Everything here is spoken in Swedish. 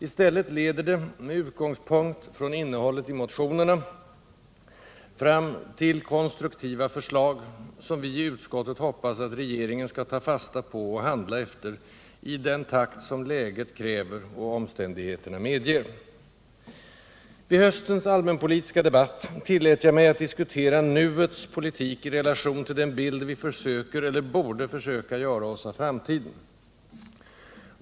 I stället leder det, med utgångspunkt från innehållet i motionerna, fram till konstruktiva förslag, som vi i utskottet hoppas att regeringen skall ta fasta på och handla efter i den takt som läget kräver och omständigheterna medger. Vid höstens allmänpolitiska debatt tillät jag mig att diskutera nuets politik i relation till den bild vi försöker — eller borde försöka — göra oss av framtiden.